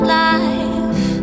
life